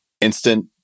Instant